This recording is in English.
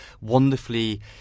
wonderfully